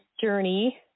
journey